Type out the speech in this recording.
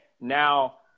now